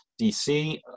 DC